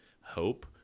hope